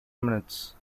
minutes